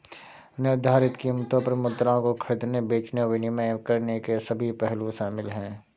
निर्धारित कीमतों पर मुद्राओं को खरीदने, बेचने और विनिमय करने के सभी पहलू शामिल हैं